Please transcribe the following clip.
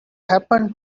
happened